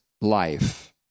life